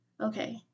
okay